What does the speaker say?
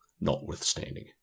notwithstanding